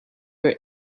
are